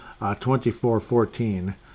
24-14